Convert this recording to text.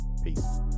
peace